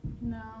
No